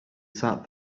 sat